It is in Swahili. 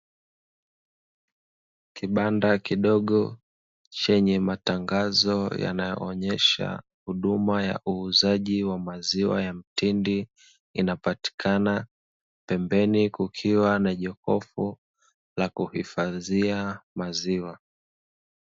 Kibanda kidogo chenye matangazo yanayoonyesha huduma ya uuzaji wa maziwa ya mtindi inapatikana, pembeni kukiwa na jokofu la kuhifadhia maziwa.